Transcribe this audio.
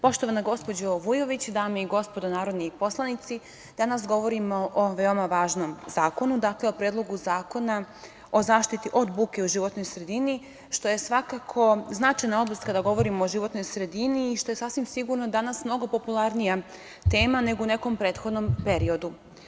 Poštovana gospođo Vujović, dame i gospodo narodni poslanici, danas govorimo o veoma važnom zakonu, o Predlogu zakona o zaštiti od buke u životnoj sredini, što je svakako značajna oblast kada govorimo o životnoj sredini i što je sasvim sigurno danas mnogo popularnija tema nego u nekom prethodnom periodu.